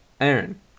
Aaron